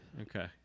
Okay